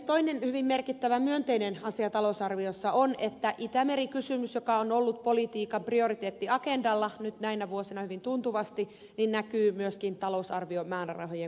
toinen hyvin merkittävä myönteinen asia talousarviossa on että itämeri kysymys joka on ollut politiikan prioriteettiagendalla nyt näinä vuosina hyvin tuntuvasti näkyy myöskin talousarviomäärärahojen kohdentamisessa